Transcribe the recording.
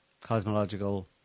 cosmological